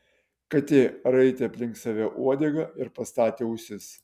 katė raitė aplink save uodegą ir pastatė ausis